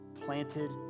planted